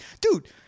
dude—